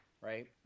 right